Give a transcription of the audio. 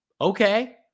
Okay